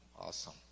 awesome